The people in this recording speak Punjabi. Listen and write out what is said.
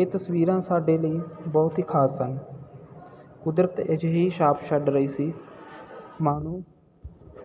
ਇਹ ਤਸਵੀਰਾਂ ਸਾਡੇ ਲਈ ਬਹੁਤ ਹੀ ਖਾਸ ਸਨ ਕੁਦਰਤ ਅਜਿਹੀ ਛਾਪ ਛੱਡ ਰਹੀ ਸੀ ਮਾਨੋ